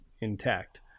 intact